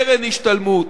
קרן השתלמות,